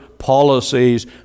policies